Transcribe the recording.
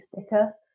sticker